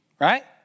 right